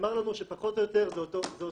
נאמר לנו שזה פחות או יותר אותו אחוז,